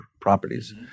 properties